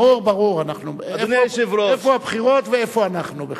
ברור, ברור, איפה הבחירות ואיפה אנחנו בכלל?